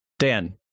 Dan